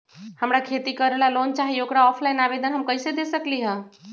हमरा खेती करेला लोन चाहि ओकर ऑफलाइन आवेदन हम कईसे दे सकलि ह?